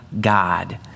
God